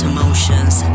Emotions